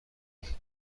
کنین